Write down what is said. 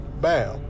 Bam